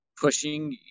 pushing